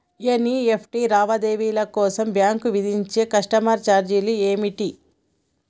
NEFT లావాదేవీల కోసం bank విధించే కస్టమర్ ఛార్జీలు ఏమిటి?